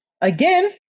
again